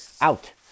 out